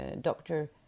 doctor